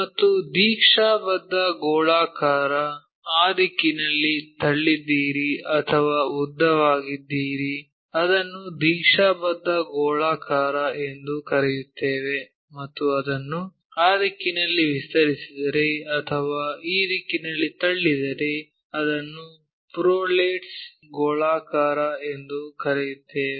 ಮತ್ತು ದೀಕ್ಷಾಬದ್ಧ ಗೋಳಾಕಾರ ಆ ದಿಕ್ಕಿನಲ್ಲಿ ತಳ್ಳಿದ್ದೀರಿ ಅಥವಾ ಉದ್ದವಾಗಿದ್ದೀರಿ ಅದನ್ನು ದೀಕ್ಷಾಬದ್ಧ ಗೋಳಾಕಾರ ಎಂದು ಕರೆಯುತ್ತೇವೆ ಮತ್ತು ಅದನ್ನು ಆ ದಿಕ್ಕಿನಲ್ಲಿ ವಿಸ್ತರಿಸಿದರೆ ಅಥವಾ ಈ ದಿಕ್ಕಿನಲ್ಲಿ ತಳ್ಳಿದರೆ ಅದನ್ನು ಪ್ರೊಲೇಟ್ಸ್ ಗೋಳಾಕಾರ ಎಂದು ಕರೆಯುತ್ತೇವೆ